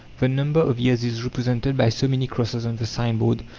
the number of years is represented by so many crosses on the sign-board,